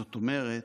זאת אומרת,